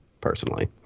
personally